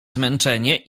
zmęczenie